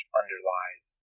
underlies